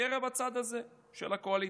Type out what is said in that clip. בקרב הצד הזה של הקואליציה.